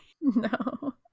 No